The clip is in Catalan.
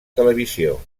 televisió